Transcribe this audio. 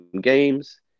games